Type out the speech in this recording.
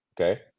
okay